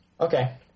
Okay